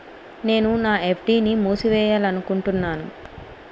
నేను నా ఎఫ్.డి ని మూసివేయాలనుకుంటున్నాను